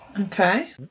Okay